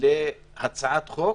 כהצעת חוק,